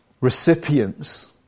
recipients